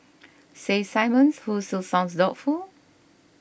says Simmons who still sounds doubtful